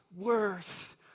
worth